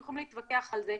ואנחנו יכולים להתווכח על זה.